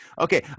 Okay